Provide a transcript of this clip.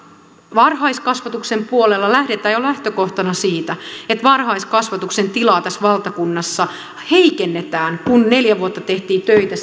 varhaiskasvatuksen puolella lähdetään jo lähtökohtana siitä että varhaiskasvatuksen tilaa tässä valtakunnassa heikennetään kun neljä vuotta tehtiin töitä